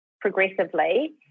progressively